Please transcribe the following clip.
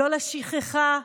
לא לשכחה,